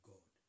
God